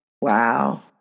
wow